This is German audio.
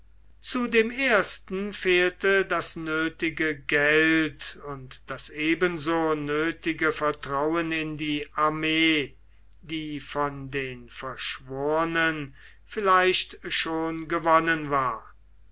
zu dem ersten fehlte das nöthige geld und das eben so nöthige vertrauen in die armee die von den verschworenen vielleicht schon gewonnen war